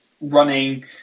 running